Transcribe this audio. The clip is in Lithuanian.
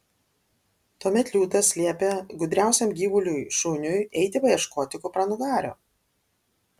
tuomet liūtas liepė gudriausiam gyvuliui šuniui eiti paieškoti kupranugario